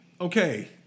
Okay